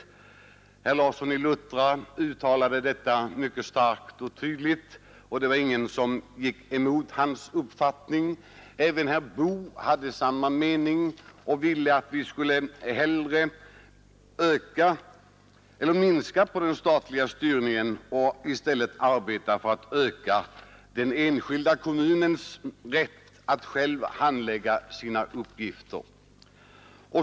Herr Larsson i Luttra uttalade detta mycket starkt och tydligt, och det var ingen som gick emot hans uppfattning. Herr Boo hade samma mening och ville att vi hellre skulle minska på den statliga styrningen och i stället arbeta för att öka den enskilda kommunens rätt att själv handlägga sina uppgifter.